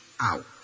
Out